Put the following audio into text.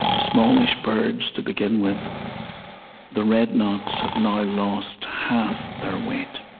smallish birds to begin with the redknots have now lost half their weight